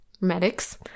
medics